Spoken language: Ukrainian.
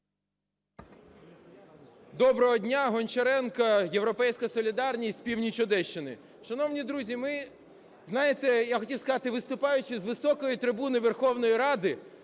Доброго дня! Гончаренко, "Європейська солідарність", північ Одещини. Шановні друзі, ми, знаєте, я хотів сказати, виступаючи з високої трибуни Верховної Ради,